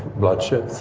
bloodshed.